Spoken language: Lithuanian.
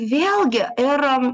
vėlgi ir